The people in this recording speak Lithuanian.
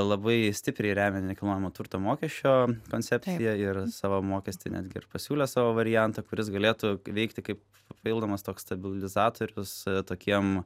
labai stipriai remia nekilnojamo turto mokesčio koncepciją ir savo mokestį netgi ir pasiūlė savo variantą kuris galėtų veikti kaip papildomas toks stabilizatorius tokiem